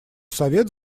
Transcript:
совет